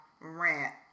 rant